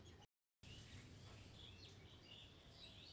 नई सरकार बैंक नियंत्रण संबंधी नया अध्यादेश आन बे